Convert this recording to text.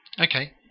Okay